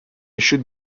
should